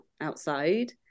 outside